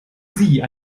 sie